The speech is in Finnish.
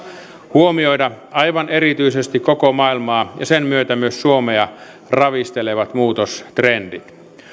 huomioida aivan erityisesti koko maailmaa ja sen myötä myös suomea ravistelevat muutostrendit